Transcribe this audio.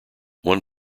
one